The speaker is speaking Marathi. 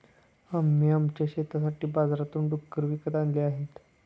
आम्ही आमच्या शेतासाठी बाजारातून डुक्कर विकत आणले आहेत